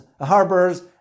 harbors